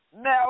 Now